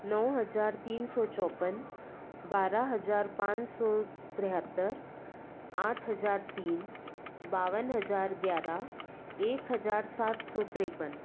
नौ हज़ार तीन सौ चौपन बारह हज़ार पाँच सौ तिहत्तर आठ हज़ार तीन बावन हज़ार ग्यारह एक हज़ार सात सौ तेरपन